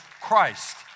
Christ